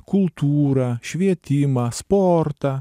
kultūrą švietimą sportą